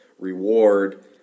reward